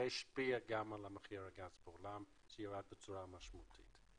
זה גם השפיע על מחיר הגז בעולם שירד בצורה משמעותית.